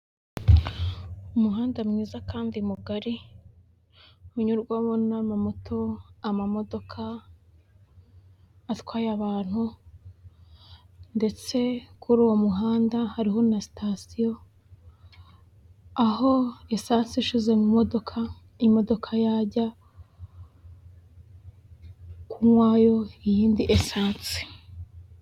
Imenyekanisha cyangwa se iyamamazwa ry'ibikorwa by'ikigo gishinzwe gutanga ubwishingizi mu kwibwa mu kwivuza ndetse n'ibindi; radiyati imenyekanisha ko nta mpamvu yo kwibwa mu gihe bakwishingira; ntawamenya ejo wasanga ibyawe byibwe irinde sinamenye.